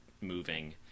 moving